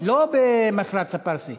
כי זהו יישוב שהאופי שלו,